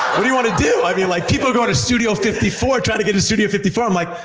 what do you want to do? i mean, like people are going to studio fifty four, trying to get to studio fifty four, i'm like,